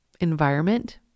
environment